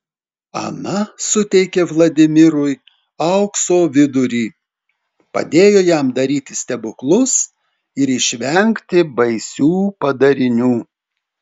ana suteikė vladimirui aukso vidurį padėjo jam daryti stebuklus ir išvengti baisių padarinių